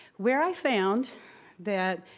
where i found that,